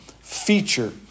feature